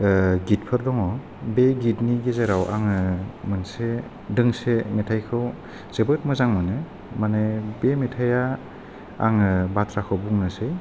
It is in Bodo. गितफोर दङ बे गितनि गेजेराव आङो मोनसे दोंसे मेथाइखौ जोबोद मोजां मोनो माने बे मेथाइया आङो बाथ्राखौ बुंनोसै